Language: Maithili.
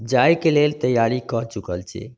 जायके लेल तैयारी कऽ चुकल छी